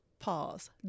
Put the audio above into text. pause